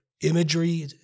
imagery